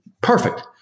Perfect